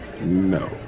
No